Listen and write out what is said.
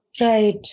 Right